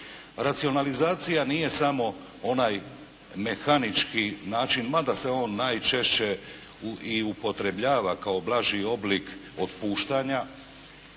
Racionalizacija nije smo onaj mehanički način, mada se on najčešće i upotrebljava kao blaži oblik otpuštanja,